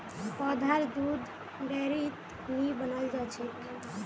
पौधार दुध डेयरीत नी बनाल जाछेक